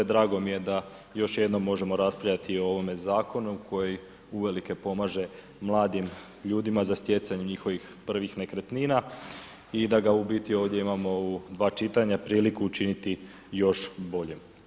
Drago mi je da još jednom možemo raspravljati o ovome zakonu koji uvelike pomaže mladim ljudima za stjecanjem njihovih prvih nekretnina i da ga u biti ovdje imamo u dva čitanja, priliku učiniti još boljem.